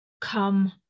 come